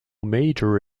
major